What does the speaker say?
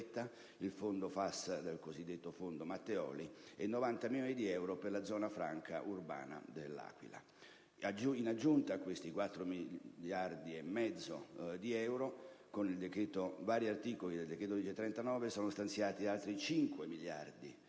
il fondo FAS del cosiddetto Fondo Matteoli, e 90 milioni di euro per la zona franca urbana dell'Aquila. In aggiunta a questi 4,5 miliardi di euro circa, con vari articoli del decreto‑legge n. 39 del 2009 sono stanziati altri 5 miliardi di euro,